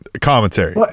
commentary